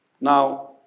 Now